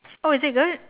oh is it good